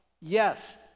Yes